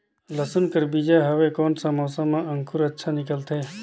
लसुन कर बीजा हवे कोन सा मौसम मां अंकुर अच्छा निकलथे?